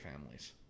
families